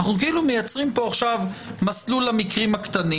אנחנו כאילו מייצרים פה עכשיו מסלול למקרים הקטנים